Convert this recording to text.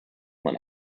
man